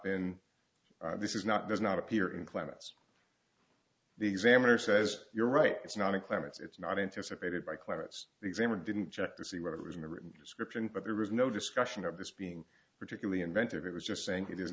been this is not does not appear in climates the examiner says you're right it's not a claim it's not anticipated by climates examiner didn't check to see what it was in the written description but there was no discussion of this being particularly inventive it was just saying it is